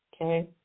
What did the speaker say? Okay